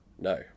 No